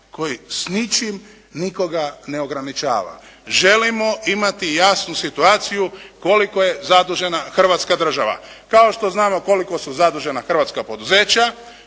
koji s ničim nikoga ne ograničava. Želimo imati jasnu situaciju koliko je zadužena Hrvatska država, kao što znamo koliko su zadužena hrvatska poduzeća,